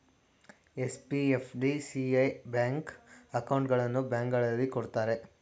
SB, FD, CA bank ಅಕೌಂಟ್ಗಳನ್ನು ಬ್ಯಾಂಕ್ಗಳಲ್ಲಿ ಕೊಡುತ್ತಾರೆ